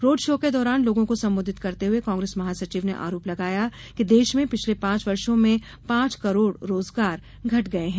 road show के दौरान लोगों को संबोधित करते हुए कांग्रेस महासचिव ने आरोप लगाया कि देश में पिछले पांच वर्षो में पांच करोड़ रोजगार घट गये हैं